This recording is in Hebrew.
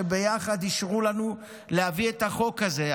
שביחד אישרו לנו להביא את החוק הזה.